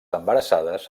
embarassades